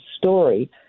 story